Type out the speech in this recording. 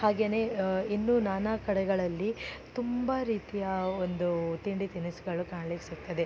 ಹಾಗೆಯೇ ಇನ್ನು ನಾನಾ ಕಡೆಗಳಲ್ಲಿ ತುಂಬ ರೀತಿಯ ಒಂದು ತಿಂಡಿ ತಿನಿಸುಗಳು ಕಾಣ್ಲಿಕ್ಕೆ ಸಿಕ್ತದೆ